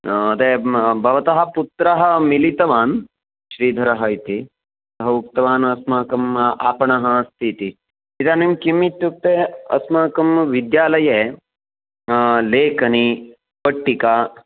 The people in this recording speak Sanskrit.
ते भवत्याः पुत्रं मिलितवान् श्रीधरः इति सः उक्तवान् अस्माकम् आपणः अस्ति इति इदानीं किम् इत्युक्ते अस्माकं विद्यालये लेखनी पट्टिका